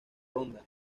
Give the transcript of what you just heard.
ronda